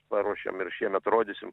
paruošėm ir šiemet rodysim